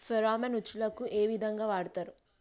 Pheromone ఉచ్చులకు ఏ విధంగా వాడుతరు?